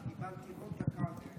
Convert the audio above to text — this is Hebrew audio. אז קיבלתי עוד דקה,